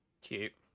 Cute